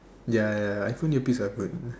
ya ya I also need earpiece I phone